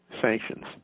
sanctions